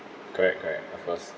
correct correct correct of course